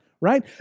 right